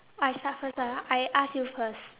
I start first ah I ask you first